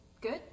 good